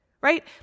right